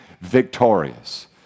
victorious